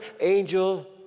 angel